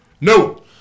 No